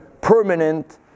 permanent